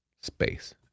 space